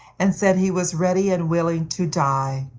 and said he was ready and willing to die.